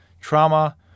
trauma